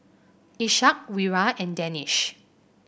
Ishak Wira and Danish